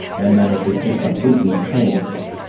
and then if it just completely tanks,